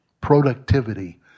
productivity